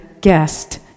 guest